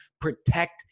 Protect